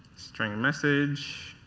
string message.